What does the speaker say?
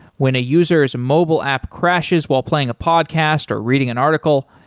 when a user s mobile app crashes while playing a podcast, or reading an article,